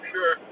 Sure